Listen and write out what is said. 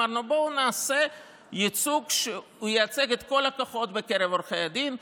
ואמרנו: בואו נעשה ייצוג שייצג את כל התופעות בקרב עורכי הדין,